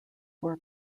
were